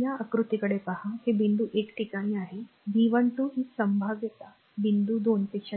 या आकृतीकडे पहा हे बिंदू एका ठिकाणी आहे V12 ची संभाव्यता बिंदू 2 पेक्षा जास्त आहे